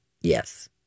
Yes